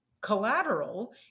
collateral